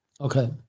Okay